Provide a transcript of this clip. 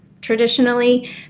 traditionally